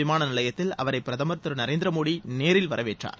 விமான நிலையத்தில் அவரை பிரதமர் திரு நரேந்திர மோடி நேரில் வரவேற்றார்